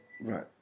Right